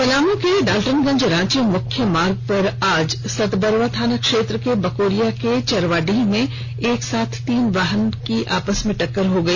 पलामू में डालटनगंज रांची मुख्य पथ पर आज सतबरवा थाना क्षेत्र के बकोरिया के चरवाडीह में एक साथ तीन वाहन आपस में भिड़ गए